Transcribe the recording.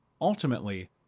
Ultimately